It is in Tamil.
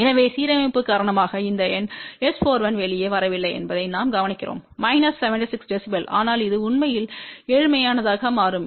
எனவே சீரமைப்பு காரணமாக இந்த எண் S41வெளியே வரவில்லை என்பதை நாம் கவனிக்கிறோம் மைனஸ் 76 dB ஆனால் அது உண்மையில் ஏழ்மையானதாக மாறும்